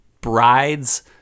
bride's